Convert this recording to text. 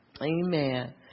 Amen